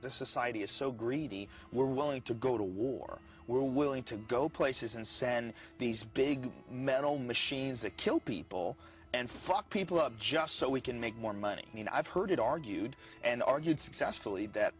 the society is so greedy we're willing to go to war we're willing to go places and send these big metal machines to kill people and fuck people up just so we can make more money i mean i've heard it argued and argued successfully that